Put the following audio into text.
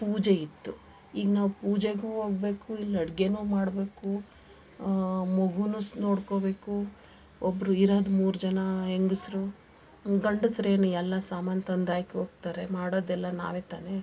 ಪೂಜೆ ಇತ್ತು ಈಗ ನಾವು ಪೂಜೆಗೂ ಹೋಗ್ಬೇಕು ಇಲ್ಲಿ ಅಡ್ಗೆಯೂ ಮಾಡಬೇಕು ಮಗುನ್ನೂ ಸ್ ನೋಡ್ಕೋಬೇಕು ಒಬ್ಬರು ಇರದು ಮೂರು ಜನ ಹೆಂಗಸ್ರು ಗಂಡಸ್ರೇನು ಎಲ್ಲ ಸಾಮಾನು ತಂದಾಕಿ ಹೋಗ್ತಾರೆ ಮಾಡೋದೆಲ್ಲ ನಾವೇ ತಾನೇ